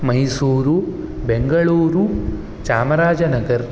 Mysuru Bengaluru Chamarajanagar